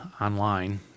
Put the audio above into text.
online